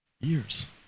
Years